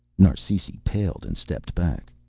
narsisi paled and stepped back.